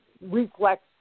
reflex